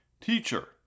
Teacher